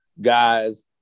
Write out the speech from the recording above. guys